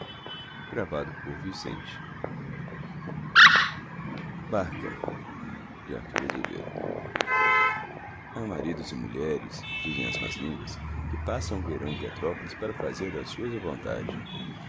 em verso há maridos e mulheres dizem as más línguas que passam o verão em petrópolis para fazer das suas à vontade